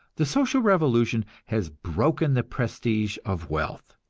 the social revolution has broken the prestige of wealth.